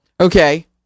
Okay